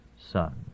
son